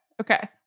Okay